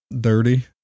dirty